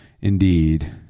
indeed